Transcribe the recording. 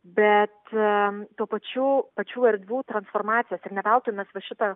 bet tuo pačiu pačių erdvių transformacijas ir ne veltui mes va šitą